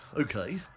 Okay